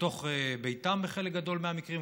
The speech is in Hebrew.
בתוך ביתם בחלק גדול מהמקרים,